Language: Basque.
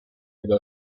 edo